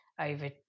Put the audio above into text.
over